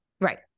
right